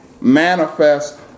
manifest